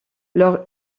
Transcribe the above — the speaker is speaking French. leur